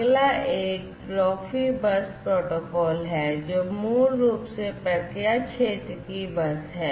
अगला एक Profibus protocol है जो मूल रूप से प्रक्रिया क्षेत्र की Bus है